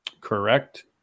Correct